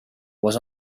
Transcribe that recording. was